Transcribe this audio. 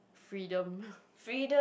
freedom